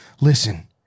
listen